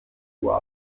uhr